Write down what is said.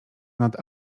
nad